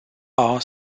are